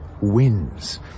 wins